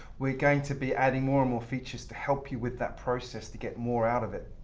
we're going to be adding more and more features to help you with that process to get more out of it.